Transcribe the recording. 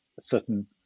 certain